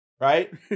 right